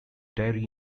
dairy